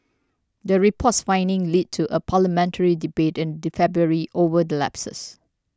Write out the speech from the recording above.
the report's findings led to a parliamentary debate in the February over the lapses